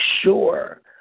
sure